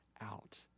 Out